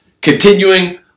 Continuing